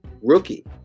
rookie